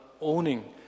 owning